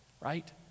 Right